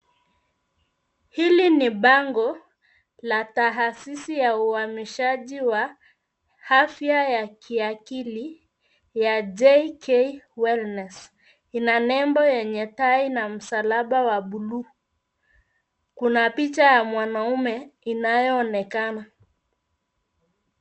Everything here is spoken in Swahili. Hili ni bango la taasisi ya uhamishaji wa afya ya kiakili ya, JK wellness. Ina nembo yenye tai na msalaba wa bluu. Kuna picha ya mwanaume inayoonekana.